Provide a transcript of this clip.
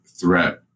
threat